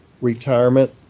retirement